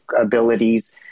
abilities